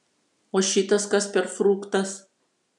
o šitas kas per fruktas